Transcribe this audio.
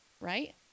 right